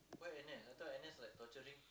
why N_S I thought N_S like torturing